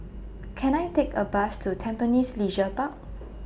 Can I Take A Bus to Tampines Leisure Park